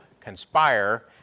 conspire